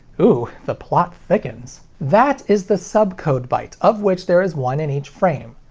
ooh, the plot thickens! that is the subcode byte, of which there is one in each frame.